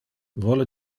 vole